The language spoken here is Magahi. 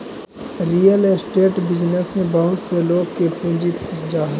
रियल एस्टेट बिजनेस में बहुत से लोग के पूंजी फंस जा हई